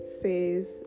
says